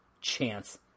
Chance